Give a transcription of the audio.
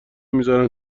میزارن